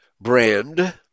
brand